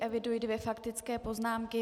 Eviduji dvě faktické poznámky.